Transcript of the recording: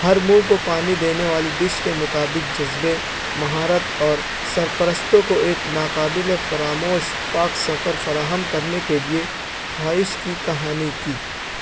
ہر منھ کو پانی دینے والی ڈش کے مطابق جذبے مہارت اور سرپرستوں کو ایک ناقابل فراموش پاک سفر فراہم کرنے کے لیے خواہش کی کہانی کی